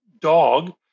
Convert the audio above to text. dog